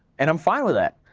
and i'm fine with that,